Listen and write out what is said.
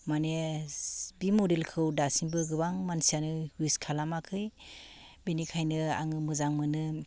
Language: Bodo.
माने बे मडेलखौ दासिमबो गोबां मानसियानो इउस खालामाखै बेनिखायनो आङो मोजां मोनो